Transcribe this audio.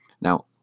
now